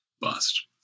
bust